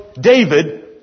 David